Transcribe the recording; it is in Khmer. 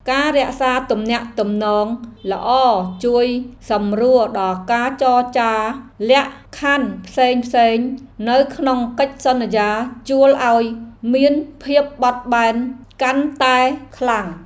ការរក្សាទំនាក់ទំនងល្អជួយសម្រួលដល់ការចរចាលក្ខខណ្ឌផ្សេងៗនៅក្នុងកិច្ចសន្យាជួលឱ្យមានភាពបត់បែនកាន់តែខ្លាំង។